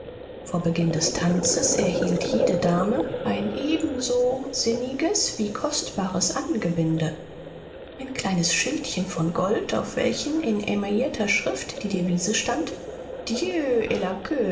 vor beginn des tanzes erhielt jede dame ein ebenso sinniges wie kostbares angebinde ein kleines schildchen von gold auf welchem in emaillierter schrift die devise stand dieu